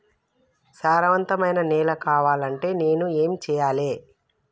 సారవంతమైన నేల కావాలంటే నేను ఏం చెయ్యాలే?